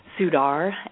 Sudar